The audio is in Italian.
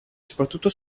soprattutto